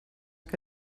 que